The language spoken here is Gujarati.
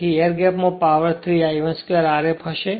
તેથી એર ગેપ માં પાવર 3 I1 2 Rf હશે